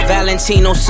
Valentino